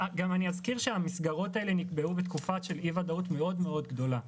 אזכיר שהמסגרות האלה נקבעו בתקופה של אי ודאות מאוד מאוד גדולה,